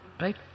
Right